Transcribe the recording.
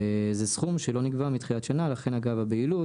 זה סכום שלא נגבה מתחילת השנה, ומכאן הבהילות